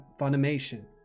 Funimation